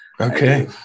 Okay